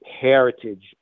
heritage